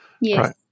yes